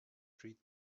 treat